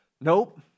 Nope